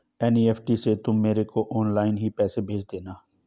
NEFT से तुम मेरे को ऑनलाइन ही पैसे भेज देना